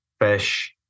fish